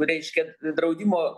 reiškia draudimo